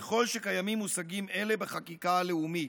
ככל שקיימים מושגים אלה בחקיקה הלאומית.